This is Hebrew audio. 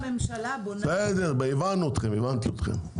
--- הממשלה --- בסדר, הבנתי אתכם.